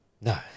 No